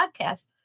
podcast